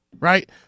right